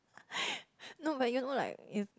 no but you know like